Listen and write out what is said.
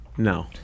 No